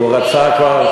מיקי לוי.